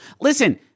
Listen